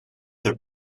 their